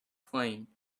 plane